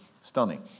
stunning